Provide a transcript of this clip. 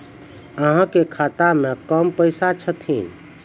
अहाँ के खाता मे कम पैसा छथिन?